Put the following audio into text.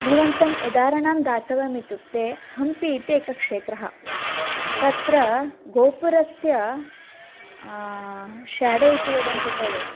भवन्तम् उदाहरणां दातव्यम् इत्युक्ते हम्पि इति एकक्षेत्रः तत्र गोपुरस्य शाडो इति वदन्ति खलु